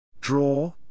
Draw